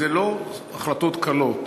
אלה לא החלטות קלות,